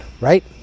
right